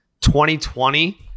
2020